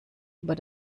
über